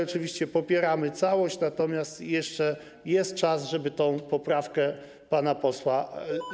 Oczywiście popieramy całość, natomiast jeszcze jest czas, żeby tę poprawkę pana posła